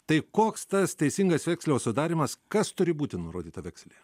tai koks tas teisingas vekselio sudarymas kas turi būti nurodyta vekselyje